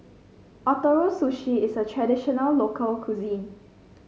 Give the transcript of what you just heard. Ootoro Sushi is a traditional local cuisine